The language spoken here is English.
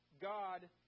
God